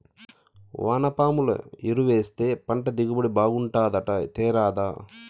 వానపాముల ఎరువేస్తే పంట దిగుబడి బాగుంటాదట తేరాదా